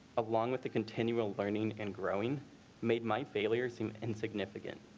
along with the continual learning and growing made my failures and significant.